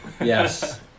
Yes